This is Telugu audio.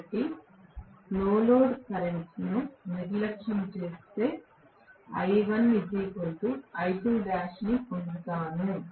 కాబట్టి నేను నో లోడ్ లోడ్ కరెంట్ను నిర్లక్ష్యం చేస్తే పొందుతాను